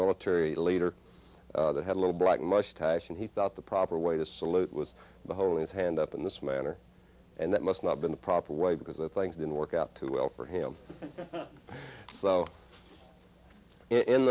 military leader that had a little black mustache and he thought the proper way to salute was the whole his hand up in this manner and that must not been the proper way because the things didn't work out too well for him